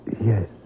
Yes